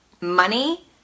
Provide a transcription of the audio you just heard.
money